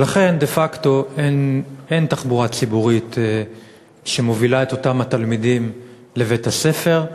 ולכן דה-פקטו אין תחבורה ציבורית שמובילה את אותם התלמידים לבית-הספר,